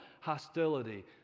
hostility